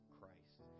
Christ